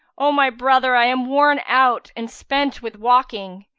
o my brother, i am worn out and spent with walking,